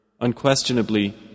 Unquestionably